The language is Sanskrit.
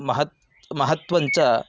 महत् महत्त्वं च